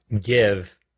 give